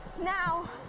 Now